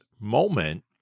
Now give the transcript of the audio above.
moment